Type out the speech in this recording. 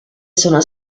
sono